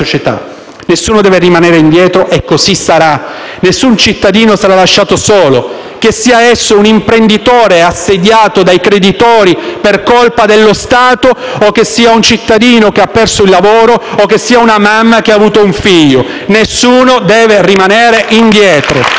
Nessuno deve rimanere indietro e così sarà. Nessun cittadino sarà lasciato solo, che sia esso un imprenditore assediato dai creditori per colpa dello Stato, un cittadino che ha perso il lavoro, o una mamma che ha avuto un figlio. Nessuno deve rimanere indietro.